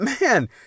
man